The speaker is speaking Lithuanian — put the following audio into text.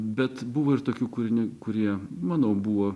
bet buvo ir tokių kūrinių kurie manau buvo